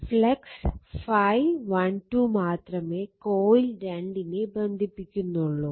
flux ∅12 മാത്രമേ coil 2 നെ ബന്ധിപ്പിക്കുന്നൊള്ളു